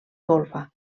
golfa